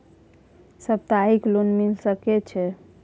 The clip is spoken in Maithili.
सप्ताहिक लोन मिल सके छै?